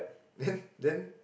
then then